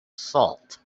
salt